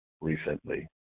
recently